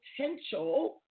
potential